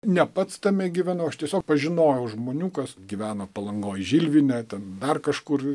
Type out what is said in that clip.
ne pats tame gyvenau aš tiesiog pažinojau žmonių kas gyvena palangoj žilvine ten dar kažkur